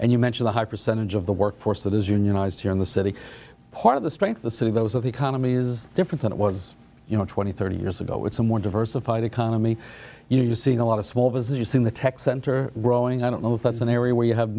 and you mentioned a higher percentage of the workforce that is unionized here in the city part of the strength of the city those are the economy is different than it was you know twenty thirty years ago when someone diversified economy you know you're seeing a lot of small business in the tech center growing i don't know if that's an area where you have